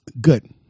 Good